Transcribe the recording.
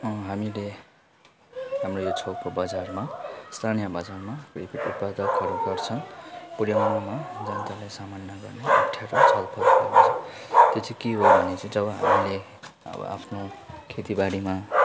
हामीले हाम्रो यो छेउको बजारमा स्थानीय बजारमा खेती उत्पादकहरू गर्छ पुऱ्याउनुमा जनतालाई सामान ढङ्गले अप्ठ्यारो छलफल त्यो चाहिँ के हो भने चाहिँ जब हामीले अब आफ्नो खेती बालीमा